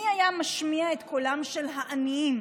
מי היה משמיע את קולם של העניים?